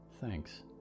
Thanks